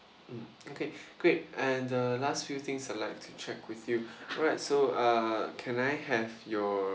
mm okay great and the last few things I like to check with you alright so uh can I have your